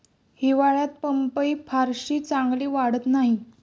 हिवाळ्यात पपई फारशी चांगली वाढत नाही